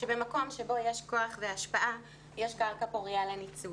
שבמקום שבו יש כוח והשפעה, יש קרקע פורייה לניצול,